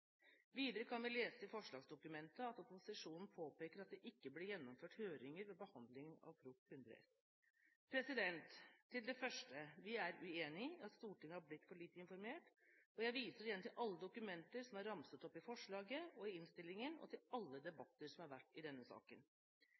Videre kan vi lese i forslagsdokumentet at opposisjonen påpeker at det ikke ble gjennomført høringer ved behandlingen av Prop. 100 S for 2010–2011. Til det første: Vi er uenig i at Stortinget har blitt for lite informert, og jeg viser igjen til alle dokumenter som er ramset opp i forslaget og i innstillingen, og til alle debatter som har vært i denne saken.